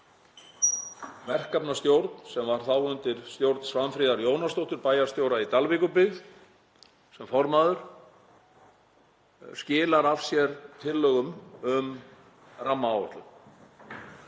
verkefnisstjórn sem var þá undir stjórn Svanfríðar Jónasdóttur, bæjarstjóra í Dalvíkurbyggð, sem formaður, af sér tillögum um rammaáætlun.